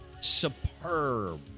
superb